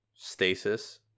stasis